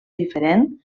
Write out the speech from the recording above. diferent